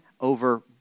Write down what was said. over